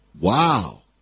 Wow